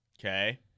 Okay